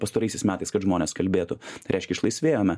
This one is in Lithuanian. pastaraisiais metais kad žmonės kalbėtų reiškia išlaisvėjome